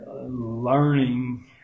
learning